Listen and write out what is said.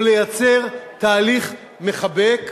או לייצר תהליך מחבק,